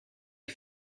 you